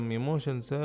emotions